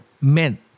meant